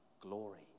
Glory